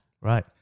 Right